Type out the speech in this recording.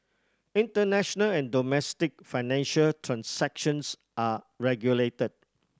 international and domestic financial transactions are regulated